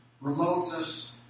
remoteness